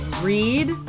read